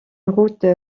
route